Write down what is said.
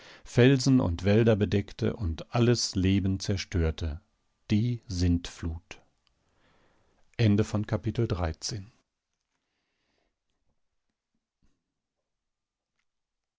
felsen und wälder bedeckte und alles leben zerstörte die sintflut